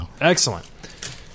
Excellent